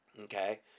Okay